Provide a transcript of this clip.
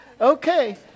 Okay